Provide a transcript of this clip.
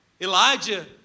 Elijah